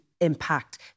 impact